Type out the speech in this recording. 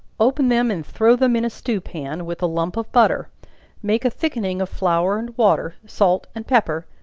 open them and throw them in a stew-pan, with a lump of butter make a thickening of flour and water, salt and pepper,